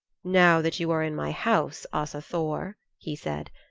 now that you are in my house, asa thor, he said,